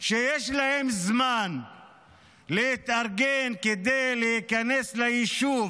שיש להם זמן להתארגן כדי להיכנס ליישוב